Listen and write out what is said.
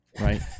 right